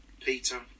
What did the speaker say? Peter